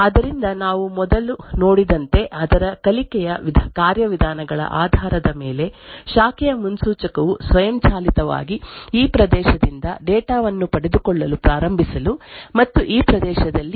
ಆದ್ದರಿಂದ ನಾವು ಮೊದಲು ನೋಡಿದಂತೆ ಅದರ ಕಲಿಕೆಯ ಕಾರ್ಯವಿಧಾನಗಳ ಆಧಾರದ ಮೇಲೆ ಶಾಖೆಯ ಮುನ್ಸೂಚಕವು ಸ್ವಯಂಚಾಲಿತವಾಗಿ ಈ ಪ್ರದೇಶದಿಂದ ಡೇಟಾ ವನ್ನು ಪಡೆದುಕೊಳ್ಳಲು ಪ್ರಾರಂಭಿಸಲು ಮತ್ತು ಈ ಪ್ರದೇಶದಲ್ಲಿ ಇರುವ ಸೂಚನೆಗಳನ್ನು ಊಹಾತ್ಮಕವಾಗಿ ಕಾರ್ಯಗತಗೊಳಿಸಲು ಸಾಧ್ಯವಾಗುತ್ತದೆ